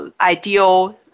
ideal